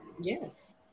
yes